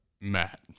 Matt